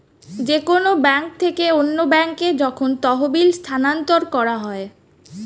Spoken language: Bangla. যে কোন ব্যাংক থেকে অন্য ব্যাংকে যখন তহবিল স্থানান্তর করা হয়